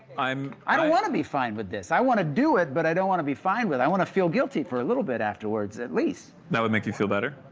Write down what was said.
i um i don't want to be fine with this, i want to do it, but i don't want to be fine with it. i want to feel guilty for a little bit afterwards, at least. that would make you feel better?